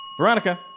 Veronica